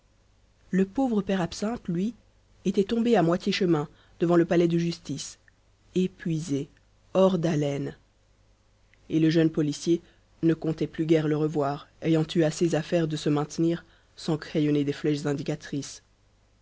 le pauvre père absinthe lui était tombé à moitié chemin devant le palais-de-justice épuisé hors d'haleine et le jeune policier ne comptait plus guère le revoir ayant eu assez à faire de se maintenir sans crayonner des flèches indicatrices